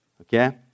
Okay